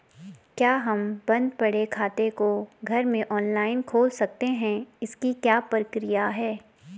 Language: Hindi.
क्या हम बन्द पड़े खाते को घर में ऑनलाइन खोल सकते हैं इसकी क्या प्रक्रिया है?